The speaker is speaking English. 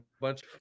bunch